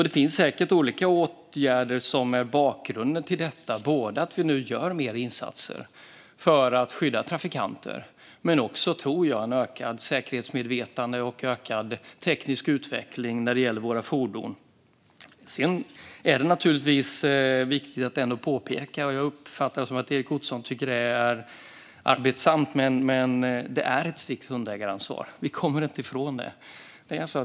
Det finns säkert olika orsaker till detta, både att vi nu gör mer insatser för att skydda trafikanter och, tror jag, ett ökat säkerhetsmedvetande och en ökad teknisk utveckling när det gäller våra fordon. Sedan är det naturligtvis viktigt att påpeka, även om jag uppfattar att Erik Ottoson tycker att det är arbetsamt, att det är ett strikt hundägaransvar. Vi kommer inte ifrån det.